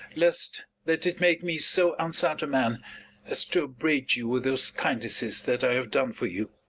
lest that it make me so unsound a man as to upbraid you with those kindnesses that i have done for you.